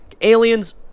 Aliens